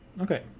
Okay